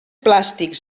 plàstics